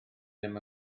ddim